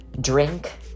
Drink